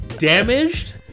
Damaged